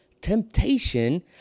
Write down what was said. temptation